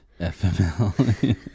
FML